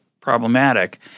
problematic